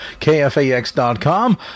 kfax.com